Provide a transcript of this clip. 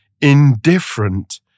indifferent